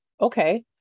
Okay